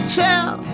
tell